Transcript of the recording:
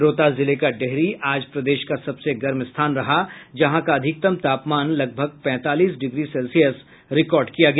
रोहतास जिले का डेहरी आज प्रदेश का सबसे गर्म स्थान रहा जहां का अधिकतम तापमान लगभग पैंतालीस डिग्री सेल्सियस रिकॉर्ड किया गया